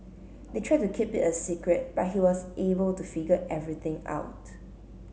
they tried to keep it a secret but he was able to figure everything out